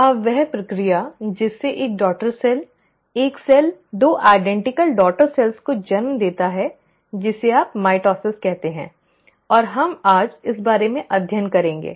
अब वह प्रक्रिया जिससे एक डॉटर सेल एक सेल दो समान डॉटर सेल्स को जन्म देता है जिसे आप माइटोसिस कहते हैं और हम आज इस बारे में अध्ययन करेंगे